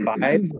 five